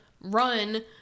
run